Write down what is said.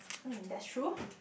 mm that's true